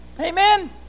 Amen